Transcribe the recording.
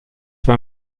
have